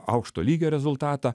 aukšto lygio rezultatą